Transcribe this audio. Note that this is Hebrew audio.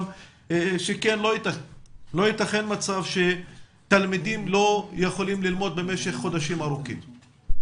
כי לא ייתכן מצב שתלמידים לא יכולים ללמוד במשך חודשים ארוכים.